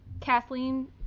Kathleen